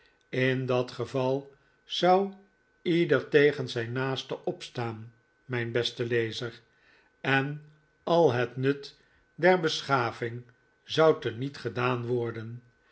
in dat geval zou ieder tegen zijn naaste opstaan mijn beste lezer en al het nut der beschaving zou te niet gedaan worden